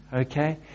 okay